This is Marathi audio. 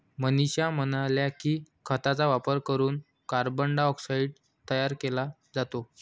मनीषा म्हणाल्या की, खतांचा वापर करून कार्बन डायऑक्साईड तयार केला जातो